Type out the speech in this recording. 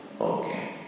Okay